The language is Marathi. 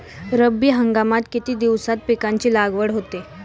रब्बी हंगामात किती दिवसांत पिकांची लागवड होते?